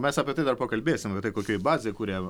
mes apie tai dar pakalbėsim apie tai kokioj bazėj kuria